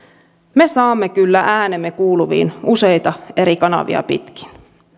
me saamme kyllä äänemme kuuluviin useita eri kanavia pitkin